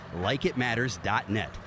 LikeItMatters.net